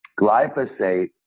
Glyphosate